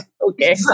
Okay